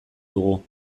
dugu